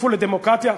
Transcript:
תטיפו לדמוקרטיה?